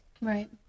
Right